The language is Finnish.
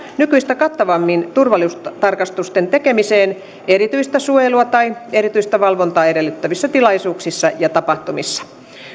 nykyistä kattavammin turvallisuustarkastusten tekemiseen erityistä suojelua tai erityistä valvontaa edellyttävissä tilaisuuksissa ja tapahtumissa